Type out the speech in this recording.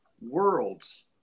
world's